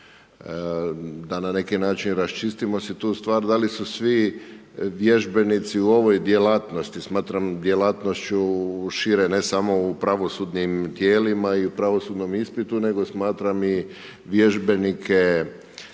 da na neki način raščistimo si tu stvar, da li su svi vježbenici u ovoj djelatnosti. Smatram djelatnošću šire, ne samo u pravosudnim tijelima i u pravosudnom ispitu, nego smatram i vježbenike,